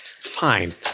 Fine